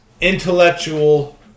intellectual